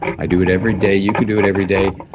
i do it every day, you could do it every day,